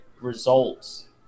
results